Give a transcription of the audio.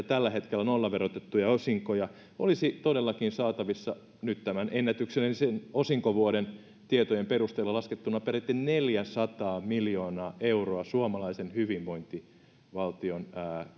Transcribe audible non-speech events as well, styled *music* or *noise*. *unintelligible* tällä hetkellä nollaverotettuja osinkoja olisi todellakin saatavissa tämän ennätyksellisen osinkovuoden tietojen perusteella laskettuna peräti neljäsataa miljoonaa euroa suomalaisen hyvinvointivaltion